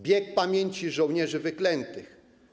Bieg Pamięci Żołnierzy Wyklętych.